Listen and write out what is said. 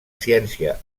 ciència